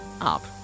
up